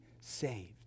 saved